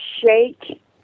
shake